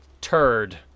turd